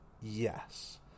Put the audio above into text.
yes